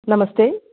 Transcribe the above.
नमस्ते